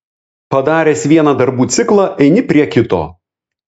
padaręs vieną darbų ciklą eini prie kito